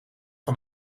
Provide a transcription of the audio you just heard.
van